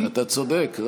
אתה צודק,